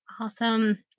Awesome